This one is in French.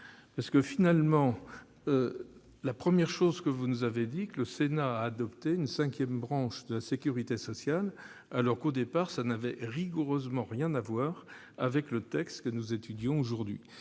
texte ! En effet, la première chose que vous nous avez dite était que le Sénat avait adopté une cinquième branche de la sécurité sociale. Or, au départ, ce sujet n'avait rigoureusement rien à voir avec les textes que nous étudions aujourd'hui.